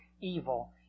evil